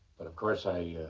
but of course. i